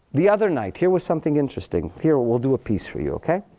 the other night here was something interesting. here, we'll do a piece for you, ok?